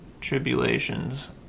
tribulations